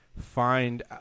Find